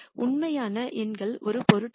உண்மையான எண்கள் ஒரு பொருட்டல்ல